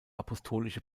apostolische